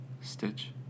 Stitch